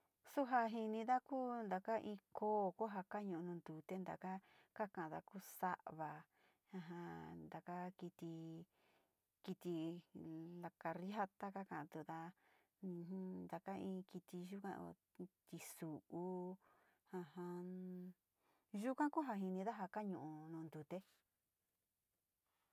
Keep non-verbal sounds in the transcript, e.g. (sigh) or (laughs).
Su ja jinida ku in taka in koo ku ja ñu´u ntute, taka kakada ku sa´ava (laughs) taka kiti, kiti lakarriaka ka ka’atuda ujun taka in kiti yuga in tisu´u, ja jan yuga ku ja jinida ja kanu´u nu ntute.